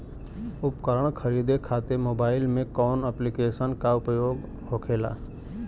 उपकरण खरीदे खाते मोबाइल में कौन ऐप्लिकेशन का उपयोग होखेला?